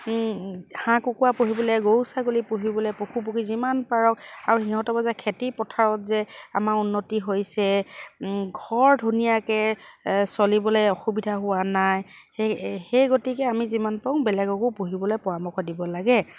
হাঁহ কুকুৰা পুহিবলৈ গৰু ছাগলী পুহিবলৈ পশুপুক্ষী যিমান পাৰক আৰু সিহঁতকো যে খেতি পথাৰত যে আমাৰ উন্নতি হৈছে ঘৰ ধুনীয়াকৈ চলিবলৈ অসুবিধা হোৱা নাই সেই সেই গতিকে আমি যিমান পাৰো বেলেগকো পুহিবলৈ পৰামৰ্শ দিব লাগে